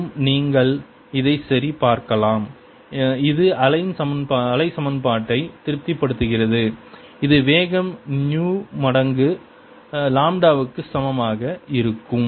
மேலும் நீங்கள் இதைச் சரிபார்க்கலாம் இது அலை சமன்பாட்டை திருப்திப்படுத்துகிறது இது வேகம் நு மடங்கு லாம்ப்டாவுக்கு சமமாக இருக்கும்